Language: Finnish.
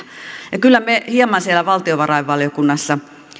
kyllä me hieman siellä valtiovarainvaliokunnassa